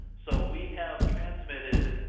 so we have transmitted,